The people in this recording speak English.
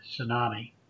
Tsunami